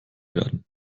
werden